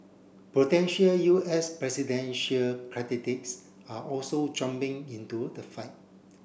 potential U S presidential are also jumping into the fight